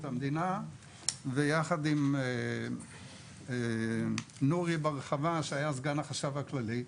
המדינה ויחד עם נורי בר חוה שהיה סגן החשב הכללי,